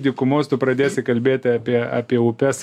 dykumos tu pradėsi kalbėti apie apie upes